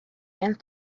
and